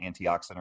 antioxidant